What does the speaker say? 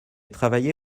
travaillé